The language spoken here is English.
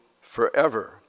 forever